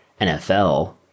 NFL